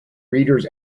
reader’s